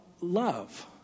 love